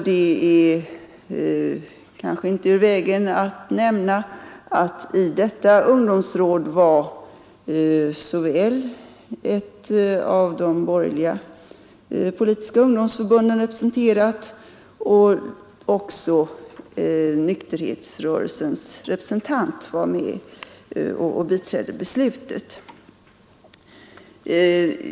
Det är kanske inte ur vägen att nämna att ett av de borgerliga politiska ungdomsförbunden var representerat i detta ungdomsråd och att även nykterhetsrörelsens representant var med och biträdde beslutet.